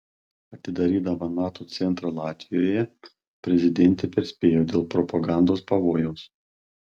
atidarydama nato centrą latvijoje prezidentė perspėjo dėl propagandos pavojaus